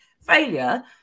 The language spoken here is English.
failure